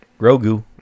Grogu